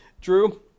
Drew